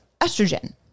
estrogen